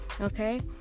Okay